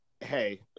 hey